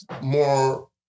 more